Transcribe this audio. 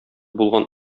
булган